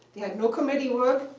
they had no committee work.